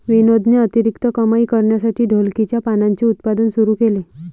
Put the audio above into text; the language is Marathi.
विनोदने अतिरिक्त कमाई करण्यासाठी ढोलकीच्या पानांचे उत्पादन सुरू केले